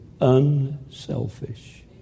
unselfish